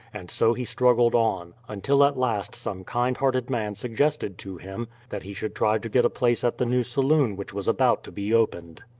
and so he struggled on, until at last some kind hearted man suggested to him that he should try to get a place at the new saloon which was about to be opened.